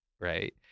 right